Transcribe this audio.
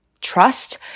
trust